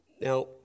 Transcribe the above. Now